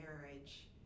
marriage